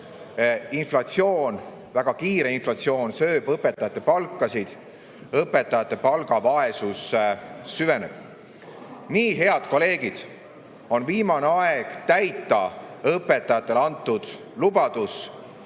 Inflatsioon, väga kiire inflatsioon, sööb õpetajate palkasid, õpetajate palgavaesus süveneb. Nii, head kolleegid! On viimane aeg täita õpetajatele antud lubadus.